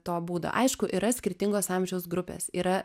to būdo aišku yra skirtingos amžiaus grupės yra